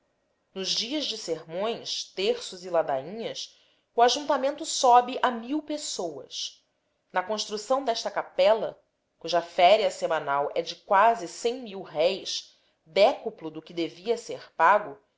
nos dias de sermões terços e ladainhas o ajuntamento sobe a mil pessoas na construção desta capela cuja féria semanal é de quase cem mil réis décuplo do que devia ser pago